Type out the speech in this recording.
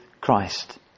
Christ